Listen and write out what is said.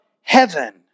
heaven